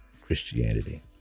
Christianity